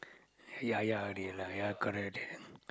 ya ya really lah ya correct